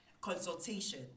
consultation